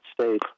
States